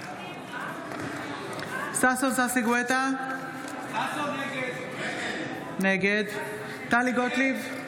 ששון ששי גואטה, נגד טלי גוטליב,